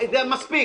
מספיק.